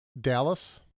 Dallas